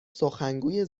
سخنگوی